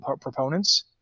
proponents